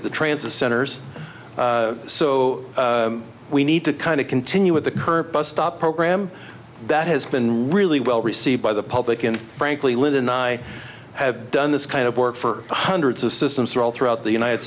at the transit centers so we need to kind of continue with the current bus stop program that has been really well received by the public and frankly when i have done this kind of work for hundreds of systems for all throughout the united